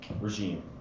regime